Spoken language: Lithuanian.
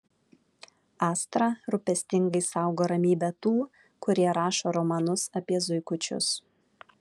astra rūpestingai saugo ramybę tų kurie rašo romanus apie zuikučius